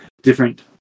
different